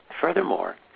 furthermore